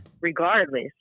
regardless